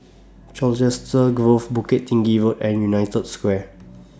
Colchester Grove Bukit Tinggi Road and United Square